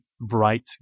bright